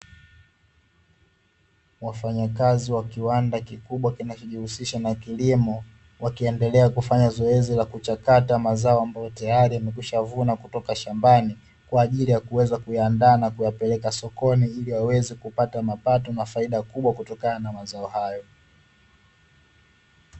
Wafanyakazi wa kiwanda kikubwa kinachoshughulisha na kilimo, wakiendelea kufanya zoezi la kuchakata mazao ambayo tayari wamekwishavuna kutoka shambani, kwaajili ya kuweza kuyaandaa na kuyapeleka sokoni ili waweze kupata mapato na faida kubwa kutokana na mazao hayo.